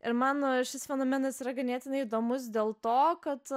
ir mano šis fenomenas yra ganėtinai įdomus dėl to kad